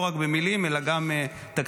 ולא רק במילים אלא גם תקציבית.